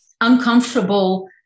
uncomfortable